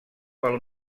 pel